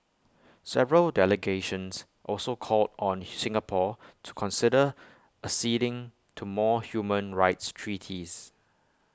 several delegations also called on Singapore to consider acceding to more human rights treaties